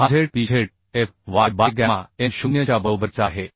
हा ZpZFy by gamma M0 च्या बरोबरीचा आहे